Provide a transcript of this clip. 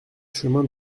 chemin